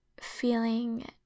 feeling